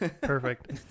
Perfect